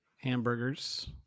hamburgers